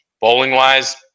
bowling-wise